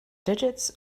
digits